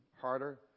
harder